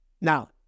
Now